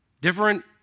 different